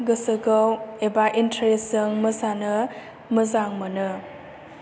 गोसोखौ एबा इन्टारेस्टजों मोसानो मोजां मोनो